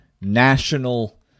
national